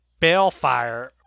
Balefire